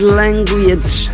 language